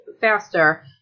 faster